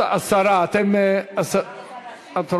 השרה, את רוצה?